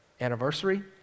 anniversary